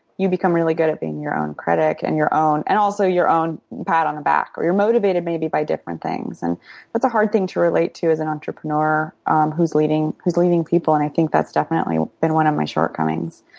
you become really good at being your own critic and your own-and and also your own pat on the back. or you're motivated maybe by different things. and that's a hard thing to relate to as an entrepreneur um who's leading who's leading people. and i think that's definitely been one of my shortcomings.